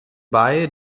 bei